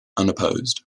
unopposed